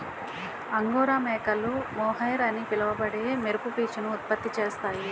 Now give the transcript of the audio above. angora మేకలు mohair అని పిలువబడే మెరుపు పీచును ఉత్పత్తి చేస్తాయి